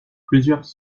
plusieurs